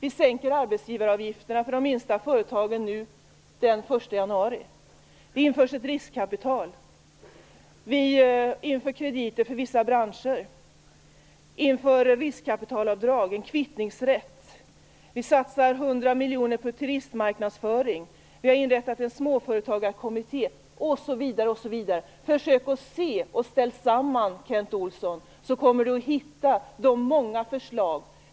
Vi sänker arbetsgivaravgifterna för de minsta företagen den 1 januari. Riskkapital införs. Vi inför krediter för vissa branscher. Vi inför riskkapitalavdrag och en kvittningsrätt. Vi satsar 100 miljoner på turistmarknadsföring. Vi har inrättat en småföretagarkommitté, osv. Om Kent Olsson försöker att se och ställa samman alltihop kommer han att hitta många förslag.